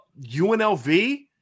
UNLV